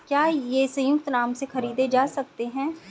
क्या ये संयुक्त नाम से खरीदे जा सकते हैं?